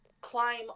climb